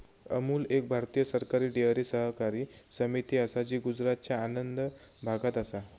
अमूल एक भारतीय सरकारी डेअरी सहकारी समिती असा जी गुजरातच्या आणंद भागात असा